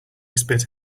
spit